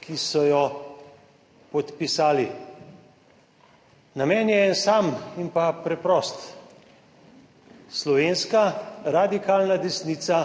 ki so jo podpisali? Namen je en sam in pa preprost; slovenska radikalna desnica